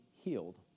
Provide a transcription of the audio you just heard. healed